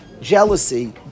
jealousy